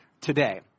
today